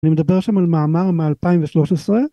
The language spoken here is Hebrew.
אני מדבר שם על מאמר מ-2013